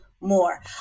more